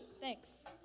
Thanks